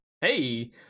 Hey